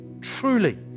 truly